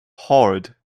hoard